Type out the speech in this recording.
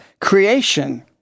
creation